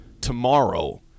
tomorrow